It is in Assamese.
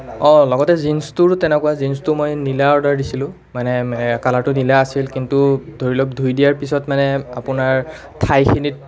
অঁ লগতে জীন্ছটোৰ তেনেকুৱা জীন্ছটো মই নীলা অৰ্ডাৰ দিছিলোঁ মানে কালাৰটো নীলা আছিল কিন্তু ধৰি লওক ধুই দিয়াৰ পিছত মানে আপোনাৰ ঠাইখিনিত